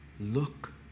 look